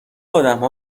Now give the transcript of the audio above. آدمها